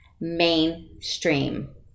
mainstream